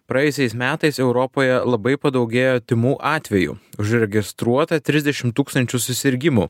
praėjusiais metais europoje labai padaugėjo tymų atvejų užregistruota trisdešim tūkstančių susirgimų